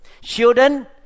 Children